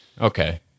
Okay